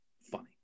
funny